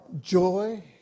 joy